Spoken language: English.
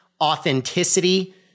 authenticity